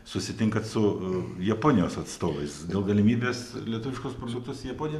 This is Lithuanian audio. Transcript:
susitinka su japonijos atstovais dėl galimybės lietuviškus produktus į japoniją